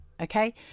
okay